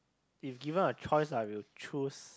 if given a choice I will choose